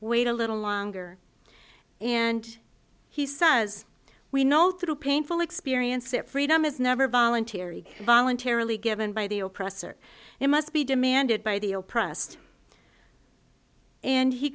wait a little longer and he says we know through painful experience that freedom is never voluntary voluntarily given by the oppressor it must be demanded by the all pressed and he